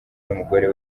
n’umugore